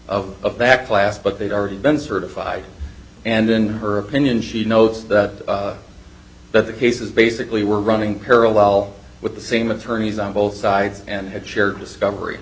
of back class but they've already been certified and in her opinion she notes that that the case is basically we're running parallel with the same attorneys on both sides and had shared discovery